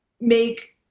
make